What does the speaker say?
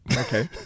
okay